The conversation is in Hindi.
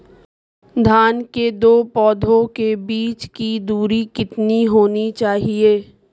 धान के दो पौधों के बीच की दूरी कितनी होनी चाहिए?